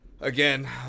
again